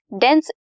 dense